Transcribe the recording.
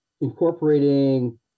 incorporating